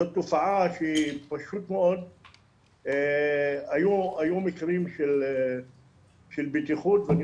זאת תופעה שהיא פשוט מאוד היו מקרים של בטיחות ואני